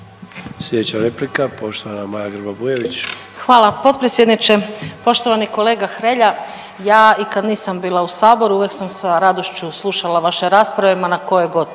Slijedeća replika poštovana Maja Grba Bujević. **Grba-Bujević, Maja (HDZ)** Hvala potpredsjedniče. Poštovani kolega Hrelja, ja i kad nisam bila u saboru uvijek sam sa radošću slušala vaše rasprave ma na kojoj got